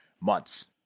months